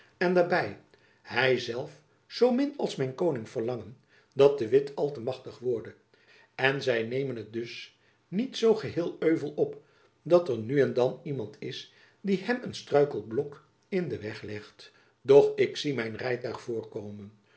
en daarby hy zelf zoo min als mijn koning verlangen dat de witt al te machtig worde en zy nemen het dus niet zoo geheel euvel op dat er nu en dan iemand is die hem een struikelblok in den weg legt doch ik zie mijn rijtuig voorkomen